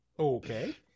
Okay